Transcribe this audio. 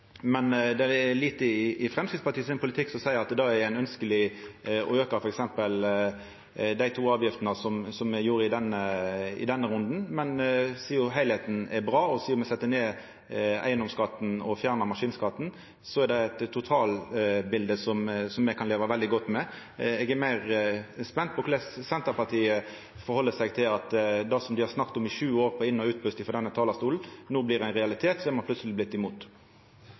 Men sidan heilskapen er bra, og sidan me sette ned eigedomsskatten og fjerna maskinskatten, er det eit totalbilete som me kan leva veldig godt med. Eg er meir spent på korleis Senterpartiet stiller seg til at når det dei har snakka om i sju år på inn- og utpust frå denne talarstolen, no blir ein realitet, så har dei plutselig vorte imot.